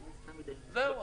זהו.